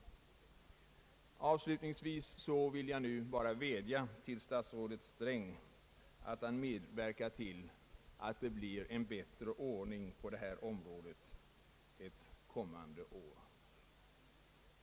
Avslutningsvis vill jag nu bara vädja till statsrådet Sträng att han medverkar till att det blir en bättre ordning på det här området nästa år.